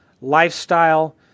lifestyle